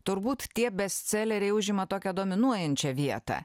turbūt tie bestseleriai užima tokią dominuojančią vietą